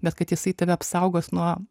bet kad jisai tave apsaugos nuo